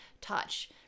touch